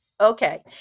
okay